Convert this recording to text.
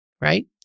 right